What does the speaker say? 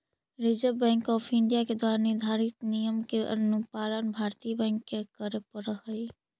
reserve Bank of India के द्वारा निर्धारित नियम के अनुपालन भारतीय बैंक के करे पड़ऽ हइ